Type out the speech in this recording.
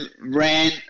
ran